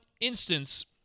instance